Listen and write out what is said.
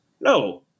No